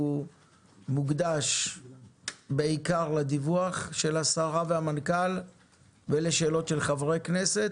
מוקדש בעיקר לדיווח של השרה והמנכ"ל ולשאלות חברי הכנסת.